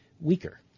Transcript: weaker